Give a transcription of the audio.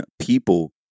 people